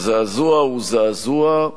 הזעזוע הוא זעזוע,